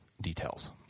details